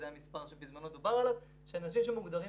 זה המספר שבזמנו דובר עליו של אנשים שמוגדרים